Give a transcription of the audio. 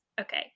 Okay